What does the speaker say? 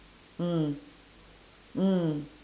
mm mm